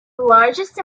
largest